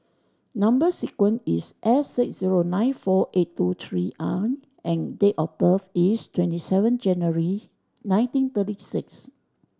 number sequence is S six zero nine four eight two three I and date of birth is twenty seven January nineteen thirty six